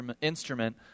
instrument